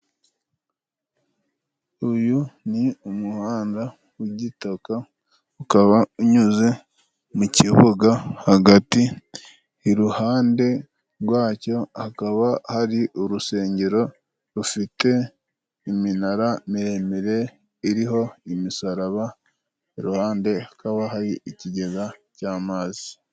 Uyu ni umuhanda w'igitaka, ukaba unyuze mu kibuga hagati. Iruhande rwacyo hakaba hari urusengero rufite iminara miremire iriho imisaraba. Iruhande hakaba hari ikigega cy'amazi.